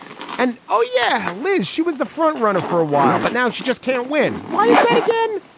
and oh yeah, liz. she was the front runner for a while, but now she just can't win. why is that again?